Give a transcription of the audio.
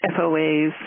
FOAs